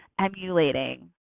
emulating